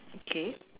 okay